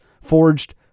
forged